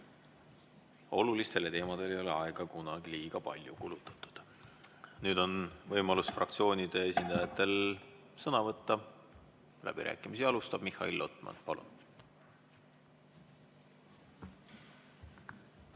Olulistele teemadele ei ole aega kunagi liiga palju kulutatud. Nüüd on võimalus fraktsioonide esindajatel sõna võtta. Läbirääkimisi alustab Mihhail Lotman. Palun!